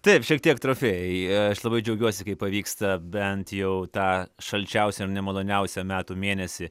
taip šiek tiek trofėjų aš labai džiaugiuosi kai pavyksta bent jau tą šalčiausią ir nemaloniausią metų mėnesį